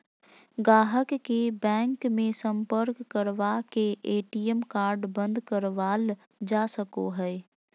गाहक के बैंक मे सम्पर्क करवा के ए.टी.एम कार्ड बंद करावल जा सको हय